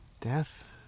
Death